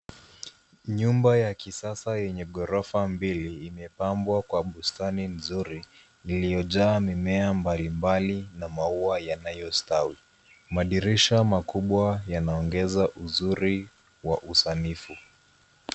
Nyumba ya kisasa yenye ghorofa mbili imeoambwa kwa bustani nzuri iliyojaa mimea mbalimbali na maua yanayostawi. Madirisha makubwa yanaongeza uzuri wa usanifu.